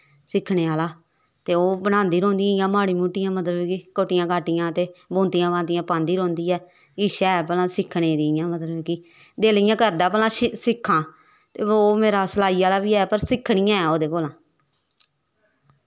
सिक्खने आह्ला ते ओह् बनांदियां रौंह्दियां इयां माड़ियां मुट्टियां मतलब कि कोटियां काटियां ते बुनतियां बनतियां पांदी रौंह्दी ऐ इच्छा ऐ भला सिक्खने दी इ'यां मतलब कि दिल इ'यां करदा भला सिक्खां ते ओह् मेरा सलाई आह्ला बी ऐ पर सिक्खनी ऐ ओह्दे कोला